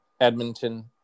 Edmonton